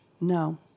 No